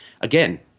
Again